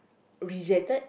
rejected